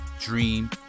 Dream